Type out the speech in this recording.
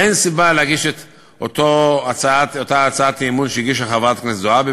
אין סיבה להגיש את אותה הצעת אי-אמון שהגישה חברת הכנסת זועבי,